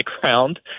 ground